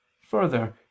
Further